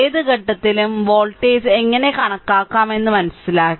ഏത് ഘട്ടത്തിലും വോൾട്ടേജ് എങ്ങനെ കണക്കാക്കാമെന്ന് മനസിലാക്കി